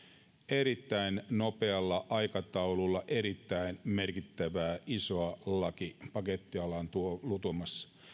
erittäin nopealla aikataululla erittäin merkittävää isoa lakipakettia ollaan tuomassa